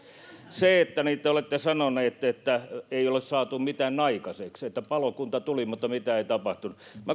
te olette sanonut että ei ole saatu mitään aikaiseksi että palokunta tuli mutta mitään ei tapahtunut